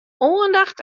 oandacht